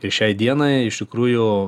ir šiai dienai iš tikrųjų